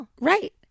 Right